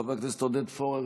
חבר הכנסת עודד פורר,